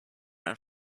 and